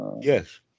Yes